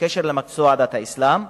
בקשר למקצוע דת האסלאם: